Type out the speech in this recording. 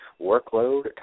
workload